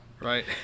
right